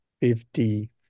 fifty